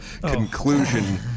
conclusion